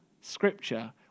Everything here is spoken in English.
scripture